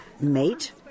mate